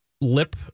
lip